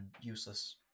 useless